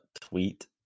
tweet